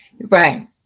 Right